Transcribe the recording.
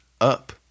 Up